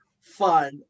fun